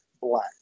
black